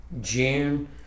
June